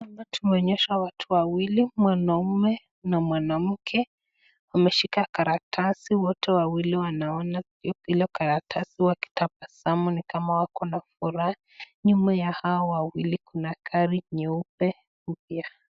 Hapa tumeonyeshwa watu wawili mwanaume na mwanamke wameshika karatasi wote wawili wanaona pia karatasi waknatapasamu nyumba ya hawa wawili Kuna gari nyeupe upya.